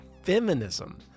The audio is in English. feminism